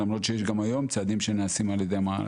למרות שיש גם היום צעדים שנעשים על ידי המערכת.